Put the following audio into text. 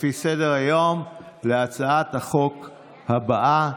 לפי סדר-היום, להצעת החוק הבאה: